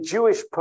Jewish